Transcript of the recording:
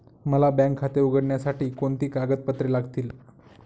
मला बँक खाते उघडण्यासाठी कोणती कागदपत्रे लागतील?